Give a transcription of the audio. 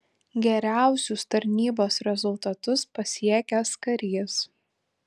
geriausius tarnybos rezultatus pasiekęs karys